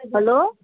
hello